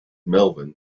melvin